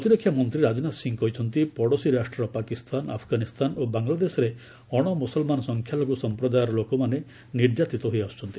ପ୍ରତିରକ୍ଷା ମନ୍ତ୍ରୀ ରାଜନାଥ ସିଂହ କହିଛନ୍ତି ପଡ଼ୋଶୀ ରାଷ୍ଟ୍ର ପାକିସ୍ତାନ ଆଫଗାନିସ୍ତାନ ଓ ବାଙ୍ଗଲାଦେଶରେ ଅଣମୁସଲମାନ ସଂଖ୍ୟାଲଘୁ ସମ୍ପ୍ରଦାୟର ଲୋକମାନେ ନିର୍ଯାତିତ ହୋଇଆସୁଛନ୍ତି